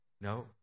No